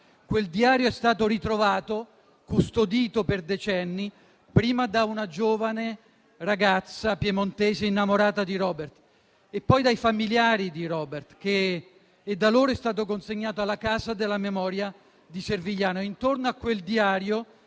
Quel diario è stato ritrovato, custodito per decenni, prima da una giovane ragazza piemontese innamorata di Robert e poi dai familiari di Robert, e da loro è stato consegnato alla "Casa della memoria" di Servigliano. Intorno a quel diario,